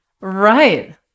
Right